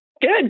Good